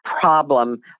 problem